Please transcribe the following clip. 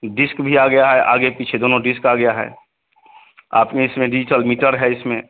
disc भी आ गया है आगे पीछे दोनों डिस्क आ गया है आपने इसमें डिजिटल मीटर है इसमें